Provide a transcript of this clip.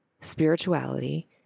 spirituality